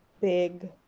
big